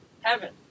Heaven